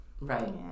Right